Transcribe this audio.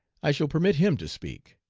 i shall permit him to speak.